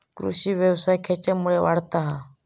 कृषीव्यवसाय खेच्यामुळे वाढता हा?